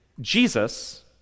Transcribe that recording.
Jesus